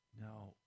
Now